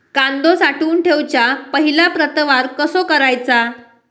कांदो साठवून ठेवुच्या पहिला प्रतवार कसो करायचा?